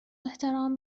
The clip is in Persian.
احترام